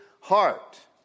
heart